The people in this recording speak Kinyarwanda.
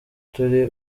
turi